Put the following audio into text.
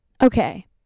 Okay